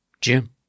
Jim